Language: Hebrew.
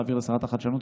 להעביר לשרת החדשנות,